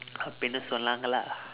அப்படினு சொன்னாங்களா:appadinu sonnaangkalaa